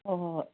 ꯍꯣꯏ ꯍꯣꯏ ꯍꯣꯏ